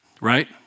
Right